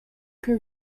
who